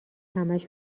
همش